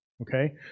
Okay